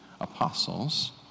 apostles